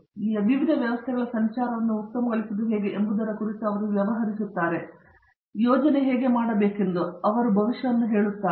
ಆದ್ದರಿಂದ ವಿವಿಧ ವ್ಯವಸ್ಥೆಗಳ ಸಂಚಾರವನ್ನು ಉತ್ತಮಗೊಳಿಸುವುದು ಹೇಗೆ ಎಂಬುದರ ಕುರಿತು ಅವರು ವ್ಯವಹರಿಸುತ್ತಾರೆ ಮತ್ತು ಯೋಜನೆ ಹೇಗೆ ಮಾಡಬೇಕೆಂಬುದನ್ನು ನೋಡಲು ಅವರು ಭವಿಷ್ಯವನ್ನು ನೋಡುತ್ತಾರೆ